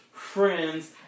Friends